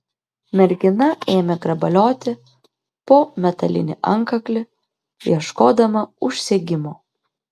mergina ėmė grabalioti po metalinį antkaklį ieškodama užsegimo